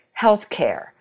healthcare